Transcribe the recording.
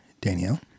Danielle